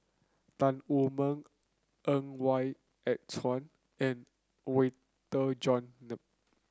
Tan Wu Meng Ng Why and Chuan and Walter John